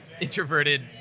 introverted